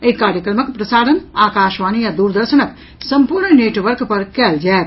एहि कार्यक्रमक प्रसारण आकाशवाणी आ दूरदर्शनक सम्पूर्ण नेटवर्क पर कयल जायत